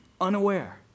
unaware